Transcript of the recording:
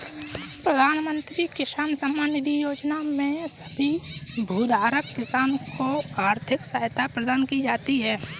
प्रधानमंत्री किसान सम्मान निधि योजना में सभी भूधारक किसान को आर्थिक सहायता प्रदान की जाती है